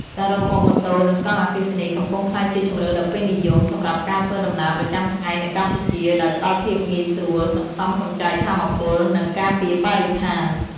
សរុបមកម៉ូតូ និងកង់អគ្គិសនីកំពុងក្លាយជាជម្រើសដ៏ពេញនិយមសម្រាប់ការធ្វើដំណើរប្រចាំថ្ងៃនៅកម្ពុជា ដោយផ្តល់ភាពងាយស្រួល សន្សំសំចៃថាមពល និងការពារបរិស្ថាន។